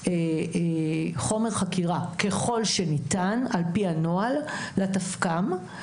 חומר חקירה ככל שניתן על פי הנוהל לתפק"מ,